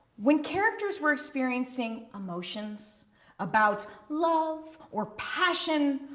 when characters were experiencing emotions about love or passion,